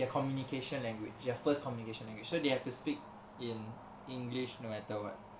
their communication language their first communication language so they have to speak in english no matter what